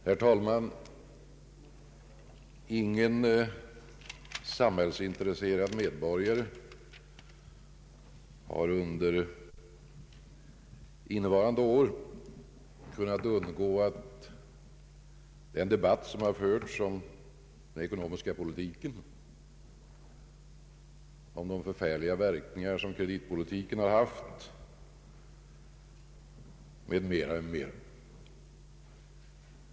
Herr talman! Ingen samhällsintresserad medborgare har under detta år kunnat undgå att ta del av den debatt som förts om den ekonomiska politiken och de förfärliga verkningar som kreditpolitiken har medfört m.m.